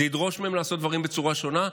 זה ידרוש מהם לעשות דברים בצורה שונה.